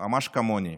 ממש כמוני,